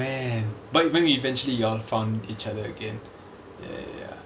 oh man but even eventually you all found each other again ya ya